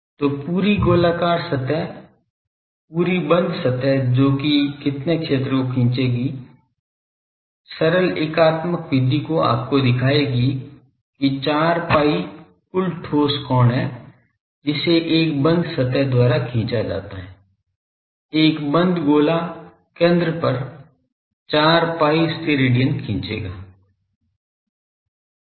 तो पूरी गोलाकार सतह पूरी बंद सतह जो कि कितने क्षेत्र को खिंचेगी सरल एकात्मक विधि आपको दिखाएगी कि 4 pi कुल ठोस कोण है जिसे एक बंद सतह द्वारा खिंचा जाता है एक बंद गोला केंद्र पर 4 pi स्टेरेडियन खींचेगा